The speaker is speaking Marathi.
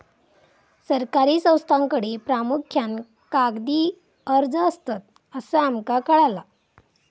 सरकारी संस्थांकडे प्रामुख्यान कागदी अर्ज असतत, असा आमका कळाला